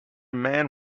man